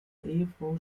ehefrau